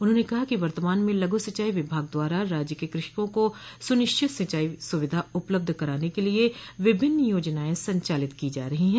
उन्होंने कहा कि वर्तमान में लघु सिंचाई विभाग द्वारा राज्य के कृषकों को सुनिश्चित सिंचाई सुविधा उपलब्ध कराने के लिये विभिन्न योजनाएं संचालित की जा रहीं हैं